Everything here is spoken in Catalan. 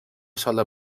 sola